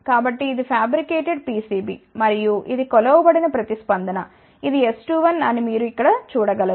కాబట్టి ఇది fabricated PCB మరియు ఇది కొలవబడిన ప్రతిస్పందనఇది S21అని మీరు ఇక్కడ చూడగలరు